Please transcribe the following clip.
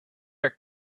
are